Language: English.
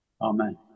Amen